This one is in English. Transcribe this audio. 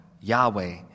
Yahweh